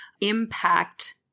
impact